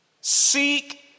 Seek